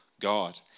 God